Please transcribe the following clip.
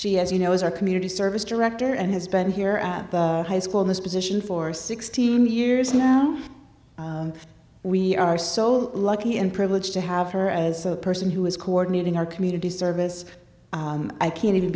she has you know as our community service director and has been here at the high school in this position for sixteen years now we are so lucky and privileged to have her as the person who is coordinating our community service i can't even